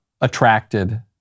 attracted